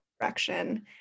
direction